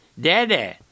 Daddy